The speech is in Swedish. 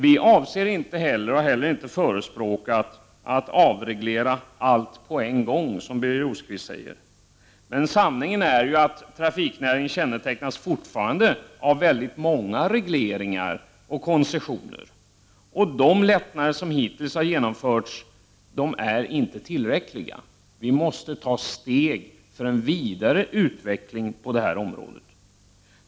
Vi avser inte och har inte heller förespråkat att allt skall avregleras på en gång, som Birger Rosqvist säger. Men sanningen är ju den att trafiknäringen fortfarande kännetecknas av ett stort antal regleringar och koncessioner, och de lättnader som hittills har genomförts är inte tillräckliga. Vi måste ta steg för en vidare utveckling på det här området.